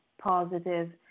positive